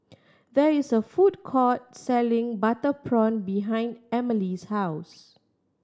there is a food court selling butter prawn behind Amelie's house